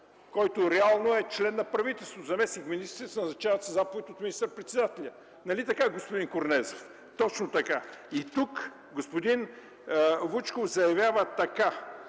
той реално е член на правителството. Заместник-министрите се назначават от министър-председателя. Нали така, господин Корнезов? Точно така. И тук господин Вучков заявява така: